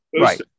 right